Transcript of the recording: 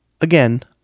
Again